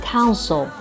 Council